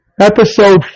Episode